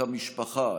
את המשפחה,